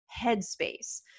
headspace